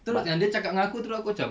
terus yang dia cakap dengan aku terus aku cam